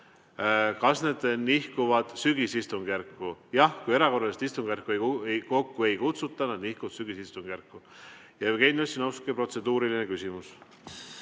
eelnõud nihkuvad sügisistungjärku? Jah, kui erakorralist istungjärku kokku ei kutsuta, siis nad nihkuvad sügisistungjärku. Jevgeni Ossinovski, protseduuriline küsimus.